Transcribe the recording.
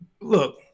look